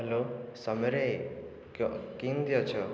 hello ସମୟରେ କିନ୍ତି ଅଛ